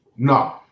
No